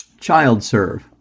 ChildServe